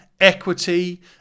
equity